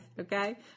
okay